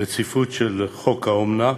דין רציפות על חוק האומנה,